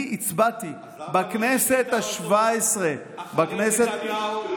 אני הצבעתי --- אז למה לא שינית אותו אחרי נתניהו?